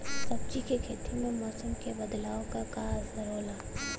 सब्जी के खेती में मौसम के बदलाव क का असर होला?